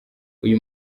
uyu